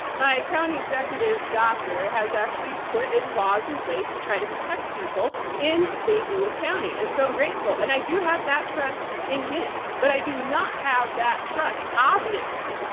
my county executive doctor has actually put in laws in place to try to protect people in st. louis county. and so i'm grateful and i do have that trust in him, but i do not have that trust, obviously,